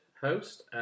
host